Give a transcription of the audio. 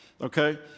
okay